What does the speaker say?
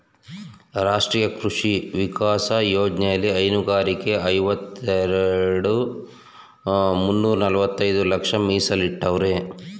ರಾಷ್ಟ್ರೀಯ ಕೃಷಿ ವಿಕಾಸ ಯೋಜ್ನೆಲಿ ಹೈನುಗಾರರಿಗೆ ಐವತ್ತೆರೆಡ್ ಮುನ್ನೂರ್ನಲವತ್ತೈದು ಲಕ್ಷ ಮೀಸಲಿಟ್ಟವ್ರೆ